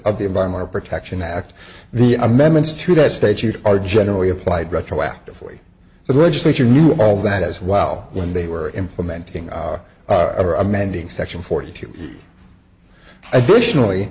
of the environmental protection act the amendments to that state you are generally applied retroactively so the legislature knew all that as well when they were implementing or amending section forty two additionally